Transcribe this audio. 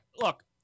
Look